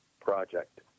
project